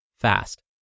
fast